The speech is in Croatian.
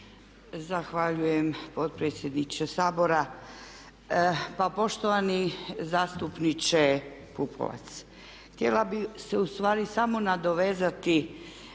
Zahvaljujem potpredsjedniče Sabora. Pa poštovani zastupniče Pupovac. Htjela bih se ustvari samo nadovezati